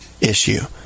issue